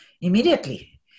immediately